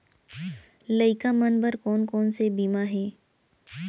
लइका मन बर कोन कोन से बीमा हे?